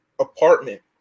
apartment